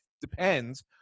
depends